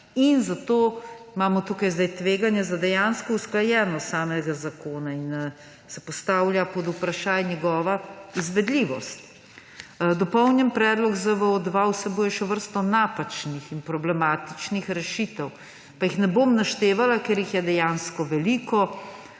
Zato imamo zdaj tukaj tveganja za dejansko usklajenost samega zakona in se postavlja pod vprašaj njegova izvedljivost. Dopolnjeni predlog ZVO-2 vsebuje še vrsto napačnih in problematičnih rešitev, pa jih ne bom naštevala, ker jih je dejansko veliko.